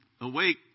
awake